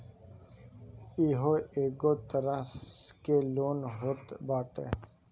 इहो एगो तरह के लोन होत बाटे